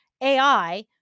AI